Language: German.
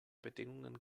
bedingungen